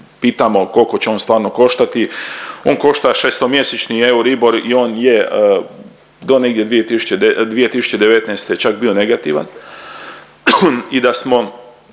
pitamo kolko će on stvarno koštati? On košta šestomjesečni Euribor i on je do negdje 2019. čak bio negativan